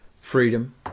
Freedom